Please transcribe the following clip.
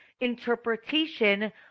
interpretation